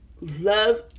love